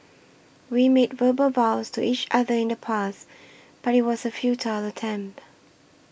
we made verbal vows to each other in the past but it was a futile attempt